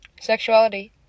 Sexuality